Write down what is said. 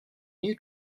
new